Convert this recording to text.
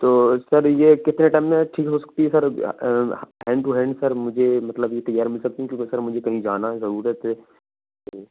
تو سر یہ کتنے ٹائم میں ٹھیک ہو سکتی ہے sir hand to hand sir مجھے مطلب یہ تیار مل سکتی ہے کیونکہ سر مجھے کہیں جانا ہے ضرورت سے